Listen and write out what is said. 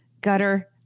gutter